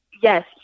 Yes